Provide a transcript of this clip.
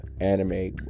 anime